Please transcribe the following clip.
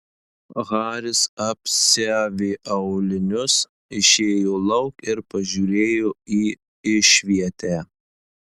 haris apsiavė aulinius išėjo lauk ir pažiūrėjo į išvietę